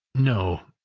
no.